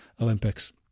olympics